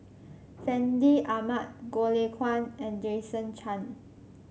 Fandi Ahmad Goh Lay Kuan and Jason Chan